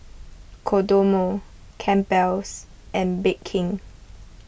Kodomo Campbell's and Bake King